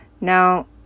now